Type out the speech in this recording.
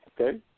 Okay